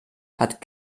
hat